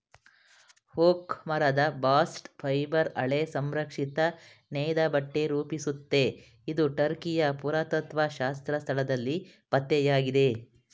oak ಮರದ bast fibre ಹಳೆ ಸಂರಕ್ಷಿತ ನೇಯ್ದಬಟ್ಟೆ ರೂಪಿಸುತ್ತೆ ಇದು ಟರ್ಕಿಯ ಪುರಾತತ್ತ್ವಶಾಸ್ತ್ರ ಸ್ಥಳದಲ್ಲಿ ಪತ್ತೆಯಾಗಿದೆ